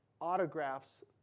autographs